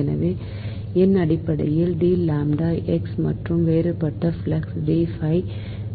எனவே எண் அடிப்படையில் D lambda x மற்றும் வேறுபட்ட ஃப்ளக்ஸ் D phi